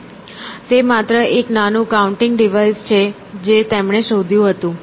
તેથી તે માત્ર એક નાનું કાઉન્ટિંગ ડિવાઇસ છે જે તેમણે શોધ્યું હતું